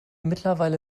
mittlerweile